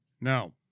No